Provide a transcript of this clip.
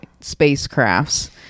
spacecrafts